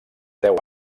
deu